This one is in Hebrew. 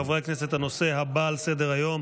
חברי הכנסת, הנושא הבא על סדר-היום,